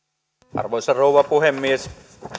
arvoisa rouva puhemies